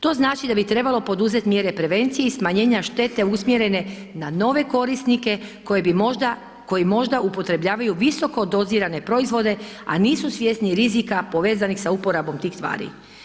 To znači da bi trebalo poduzeti mjere prevencije i smanjenje štete usmjerene na nove korisnike koji možda upotrebljavaju visoko dozirane proizvode a nisu svjesni rizika povezanih sa uporabom tih tvari.